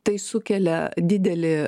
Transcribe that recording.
tai sukelia didelį